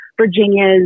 Virginia's